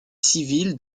civile